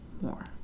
more